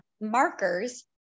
markers